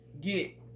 get